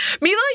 Mila